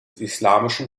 islamischen